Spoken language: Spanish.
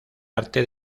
arte